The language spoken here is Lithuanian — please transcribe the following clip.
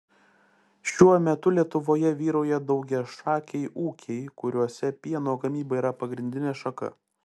šiuo metu lietuvoje vyrauja daugiašakiai ūkiai kuriuose pieno gamyba yra pagrindinė šaka